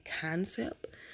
concept